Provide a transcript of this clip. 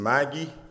Maggie